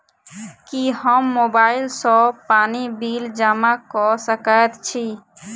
की हम मोबाइल सँ पानि बिल जमा कऽ सकैत छी?